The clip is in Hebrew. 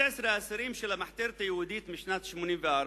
11 אסירים של המחתרת היהודית משנת 1984,